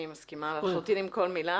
אני מסכימה לחלוטין עם כל מילה.